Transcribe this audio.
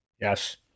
Yes